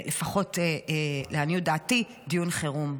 לפחות לעניות דעתי, דיון חירום.